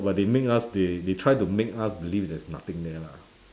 but they make us they they try to make us believe there's nothing there lah